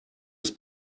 ist